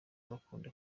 bakunda